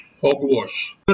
hogwash